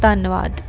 ਧੰਨਵਾਦ